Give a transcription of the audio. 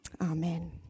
Amen